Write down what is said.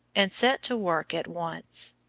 and set to work at once.